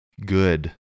good